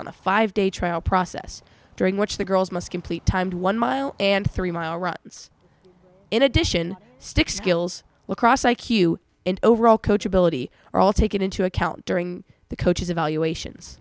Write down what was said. on a five day trial process during which the girls must complete timed one mile and three mile run in addition stick skills lacrosse i q and overall coach ability all taken into account during the coach's evaluations